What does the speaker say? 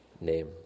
name